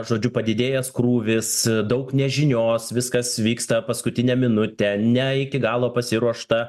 žodžiu padidėjęs krūvis daug nežinios viskas vyksta paskutinę minutę ne iki galo pasiruošta